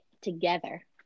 together